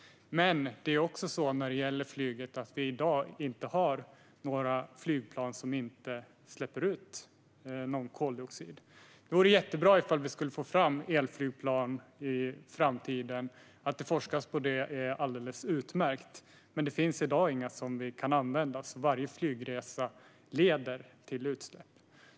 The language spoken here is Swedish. Men det är också så att vi i dag inte har några flygplan som inte släpper ut koldioxid. Det vore jättebra om vi kunde få fram elflygplan i framtiden. Det är alldeles utmärkt att det forskas på det. Men det finns i dag inga som vi kan använda, så varje flygresa leder till utsläpp.